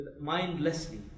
mindlessly